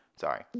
Sorry